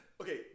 Okay